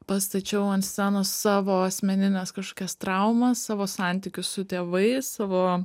pastačiau ant scenos savo asmenines kažkokias traumas savo santykius su tėvais savo